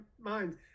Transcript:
mind